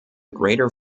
greater